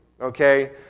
Okay